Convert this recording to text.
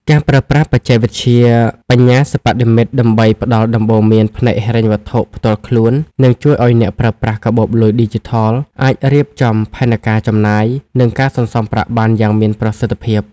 ការប្រើប្រាស់បច្ចេកវិទ្យាបញ្ញាសិប្បនិម្មិតដើម្បីផ្ដល់ដំបូន្មានផ្នែកហិរញ្ញវត្ថុផ្ទាល់ខ្លួន នឹងជួយឱ្យអ្នកប្រើប្រាស់កាបូបលុយឌីជីថលអាចរៀបចំផែនការចំណាយ និងការសន្សំប្រាក់បានយ៉ាងមានប្រសិទ្ធភាព។